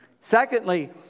Secondly